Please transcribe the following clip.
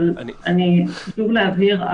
אבל חשוב להבהיר,